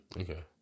Okay